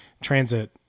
transit